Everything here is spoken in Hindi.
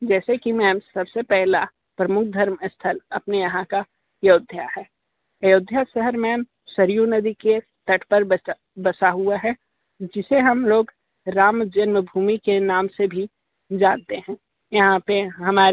जैसे की मैम सबसे पहला प्रमुख धर्म स्थल अपने यहाँ का अयोध्या है अयोध्या शहर मैम सरयू नदी के तट पर बस बसा हुआ है जिसे हम लोग राम जन्म भूमि के नाम से भी जानते हैं यहाँ पर हमारे